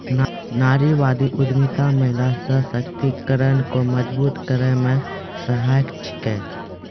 नारीवादी उद्यमिता महिला सशक्तिकरण को मजबूत करै मे सहायक छिकै